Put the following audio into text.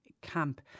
camp